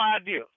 idea